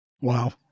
Wow